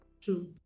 True